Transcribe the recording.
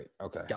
Okay